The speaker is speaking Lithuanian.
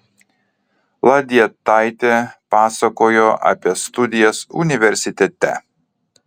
ladietaitė pasakojo apie studijas universitete